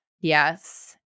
yes